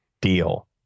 deal